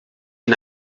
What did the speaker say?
ihn